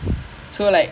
oh oh